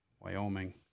wyoming